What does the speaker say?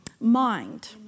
mind